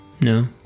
No